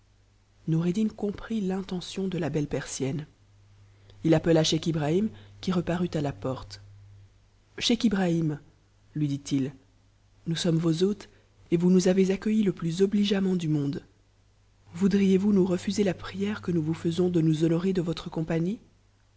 xom'eddin comprit l'intention de la belle persienne il appela scheich brahitu qui reparut à la porte scheich ibrahim lui dit-il nous sommes vos hôtes et vous nous avez accueillis le plus obligeamment du monde voudriez-vous nous refuser la prière que nous vous faisons de nons honorer de votre compagnie